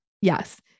Yes